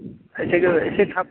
एसे गो एसे थाब